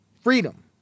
freedom